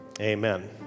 amen